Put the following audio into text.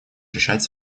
решать